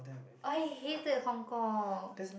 I hated Hong-Kong